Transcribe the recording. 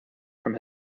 from